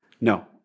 No